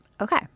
Okay